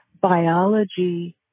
biology